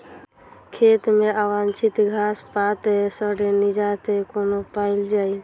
खेत मे अवांछित घास पात सऽ निजात कोना पाइल जाइ?